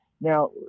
Now